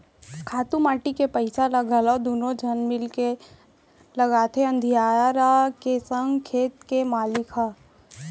खातू माटी के पइसा ल घलौ दुनों झन मिलके लगाथें अधियारा के संग खेत के मालिक ह